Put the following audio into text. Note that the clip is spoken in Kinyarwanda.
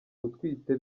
utwite